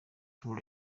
pour